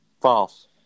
False